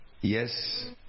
Yes